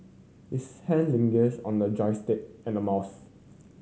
his hand lingered on a joystick and a mouse